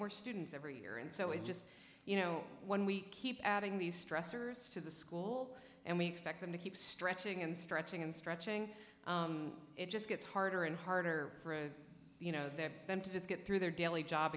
more students every year and so it's just you know when we keep adding these stressors to the school and we expect them to keep stretching and stretching and stretching it just gets harder and harder you know that them to just get through their daily job